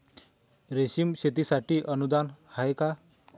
रेशीम शेतीसाठी अनुदान आहे का?